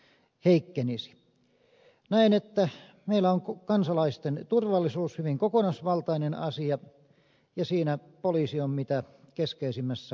näen että meillä on kansalaisten turvallisuus hyvin kokonaisvaltainen asia ja siinä poliisi on mitä keskeisimmässä asemassa